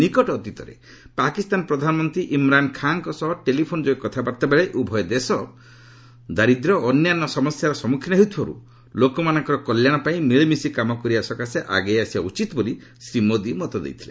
ନିକଟ ଅତୀତରେ ପାକିସ୍ତାନ ପ୍ରଧାନମନ୍ତ୍ରୀ ଇମ୍ରାନ୍ ଖାଁଙ୍କ ସହ ଟେଲିଫୋନ୍ ଯୋଗେ କଥାବାର୍ତ୍ତା ବେଳେ ଉଭୟ ଦେଶ ଦାରିଦ୍ର୍ୟ ଓ ଅନ୍ୟାନ୍ୟ ସମସ୍ୟାର ସମ୍ମୁଖୀନ ହେଉଥିବାରୁ ଲୋକମାନଙ୍କର କଲ୍ୟାଣ ପାଇଁ ମିଳିମିଶି କାମ କରିବା ପାଇଁ ଆଗେଇ ଆସିବା ଉଚିତ୍ ବୋଲି ଶ୍ରୀ ମୋଦି ମତ ଦେଇଥିଲେ